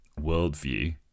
worldview